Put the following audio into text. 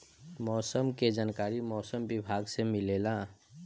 मौसम के जानकारी मौसम विभाग से मिलेला?